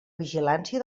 vigilància